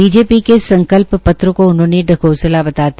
BJP के संकल्प पत्र को उन्होंने ढकोसला बताया